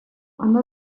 оно